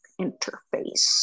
interface